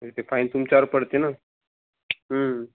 तर ते फाईन तुमच्यावर पडते ना